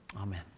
Amen